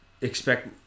expect